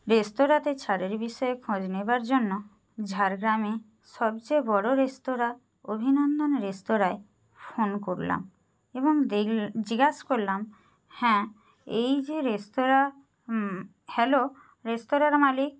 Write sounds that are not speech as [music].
রেস্তোরাঁতে ছাড়ের বিষয়ে খোঁজ নেবার জন্য ঝাড়গ্রামে সবচেয়ে বড়ো রেস্তোরাঁ অভিনন্দন রেস্তোরাঁয় ফোন করলাম এবং [unintelligible] জিগাস করলাম হ্যাঁ এই যে রেস্তোরাঁ হ্যালো রেস্তোরাঁর মালিক